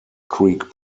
creek